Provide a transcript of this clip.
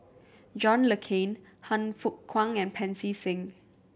John Le Cain Han Fook Kwang and Pancy Seng